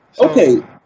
Okay